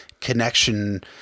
connection